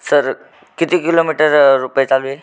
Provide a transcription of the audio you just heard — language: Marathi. सर किती किलोमीटर रुपये चालू आहे